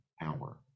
power